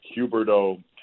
Huberto